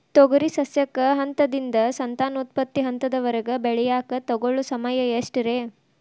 ತೊಗರಿ ಸಸ್ಯಕ ಹಂತದಿಂದ, ಸಂತಾನೋತ್ಪತ್ತಿ ಹಂತದವರೆಗ ಬೆಳೆಯಾಕ ತಗೊಳ್ಳೋ ಸಮಯ ಎಷ್ಟರೇ?